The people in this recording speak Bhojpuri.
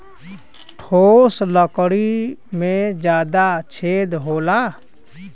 ठोस लकड़ी में जादा छेद होला